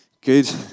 Good